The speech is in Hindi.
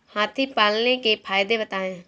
हाथी पालने के फायदे बताए?